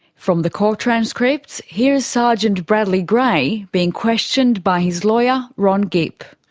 from the court transcripts, here is sergeant bradley gray being questioned by his lawyer, ron gipp.